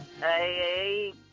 Hey